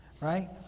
Right